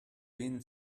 been